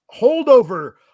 holdover